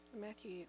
Matthew